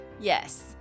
Yes